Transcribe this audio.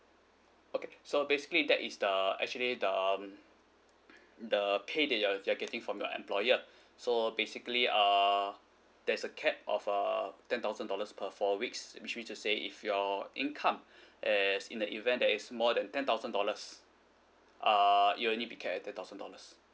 okay so basically that is the actually the mm the pay that you're you're getting from your employer so basically uh there's a cap of uh ten thousand dollars per four weeks which means to say if your income as in the event that is more than ten thousand dollars err you'll need be capped at ten thousand dollars